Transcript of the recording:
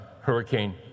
hurricane